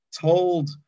told